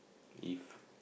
if